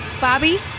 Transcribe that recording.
Bobby